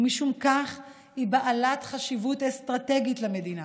ומשום כך היא בעלת חשיבות אסטרטגית למדינה.